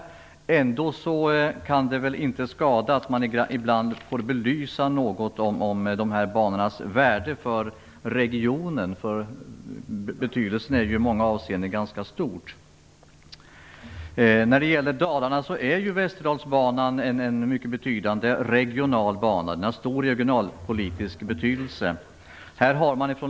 Men det kan väl inte skada att man ibland får belysa de här banornas värde för regionen. Den betydelsen är ju i många avseenden ganska stor. Västerdalsbanan är ju en mycket betydande regional bana i Dalarna. Den har stor regionalpolitisk betydelse.